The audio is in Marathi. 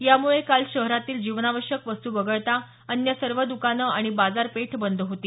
यामुळे काल शहरातील जीवनावश्यक वस्तू वगळता अन्य सर्व दुकानं आणि बाजारपेठ बंद होती